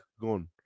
gone